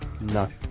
no